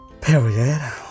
Period